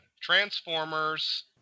Transformers